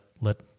let